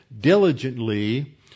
diligently